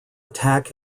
attack